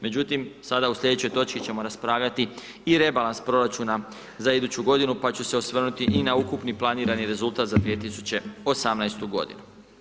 Međutim, sada u sljedećoj točci ćemo raspravljati i rebalans proračuna za iduću godinu pa ću se osvrnuti i na ukupni planirani rezultat za 2018. godinu.